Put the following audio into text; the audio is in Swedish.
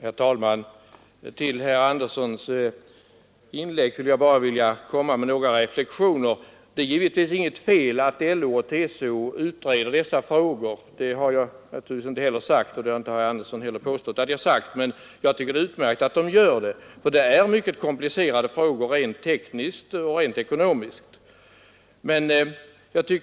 Herr talman! I anledning av det inlägg herr Sivert Andersson i Stockholm höll skulle jag vilja göra några reflexioner. Det är givetvis inget fel att LO och TCO utreder dessa frågor — det har jag inte heller sagt och herr Andersson har heller inte påstått att jag skulle ha sagt det — utan jag tycker tvärtom det är utmärkt att de gör det, eftersom det är tekniskt och även ekonomiskt mycket konmplicerade frågor.